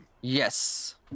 Yes